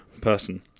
person